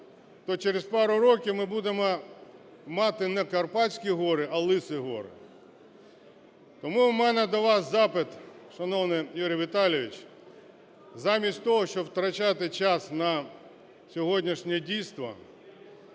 то через пару років ми будемо мати не Карпатські гори, а лиси гори. Тому в мене до вас запит, шановний Юрій Віталійович, замість того, щоб втрачати час на сьогоднішнє дійство,